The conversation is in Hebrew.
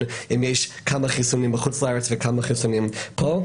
אם יש כמה חיסונים בחו"ל וכמה חיסונים פה.